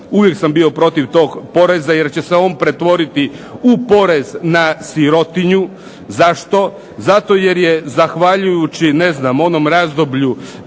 uvijek sam bio protiv tog poreza, jer će se on pretvoriti u porez na sirotinju. Zašto? Zato jer je zahvaljujući ne znam onom razdoblju